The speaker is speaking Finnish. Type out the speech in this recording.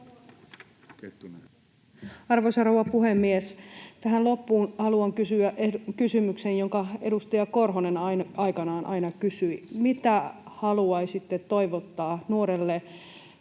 Arvoisa rouva puhemies! Tähän loppuun haluan kysyä kysymyksen, jonka edustaja Korhonen aikanaan aina kysyi: Mitä haluaisitte toivottaa nuorelle